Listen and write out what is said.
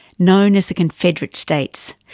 known as the confederate states,